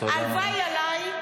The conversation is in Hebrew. הלוואי עליי,